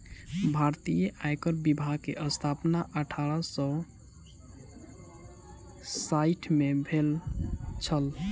भारतीय आयकर विभाग के स्थापना अठारह सौ साइठ में भेल छल